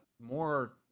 more